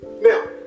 now